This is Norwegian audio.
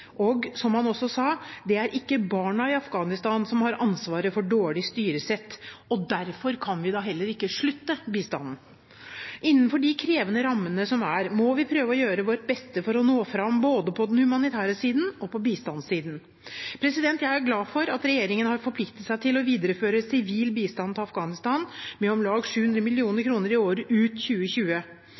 Og, som han også sa: «[D]et er ikke barna i Afghanistan som har ansvaret for dårlig styresett.» Derfor kan vi da heller ikke slutte med bistanden. Innenfor de krevende rammene som er, må vi prøve å gjøre vårt beste for å nå fram, både på den humanitære siden og på bistandssiden. Jeg er glad for at regjeringen har forpliktet seg til å videreføre sivil bistand til Afghanistan med om lag 700 mill. kr i året ut 2020.